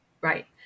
Right